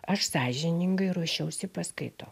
aš sąžiningai ruošiausi paskaitom